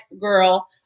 girl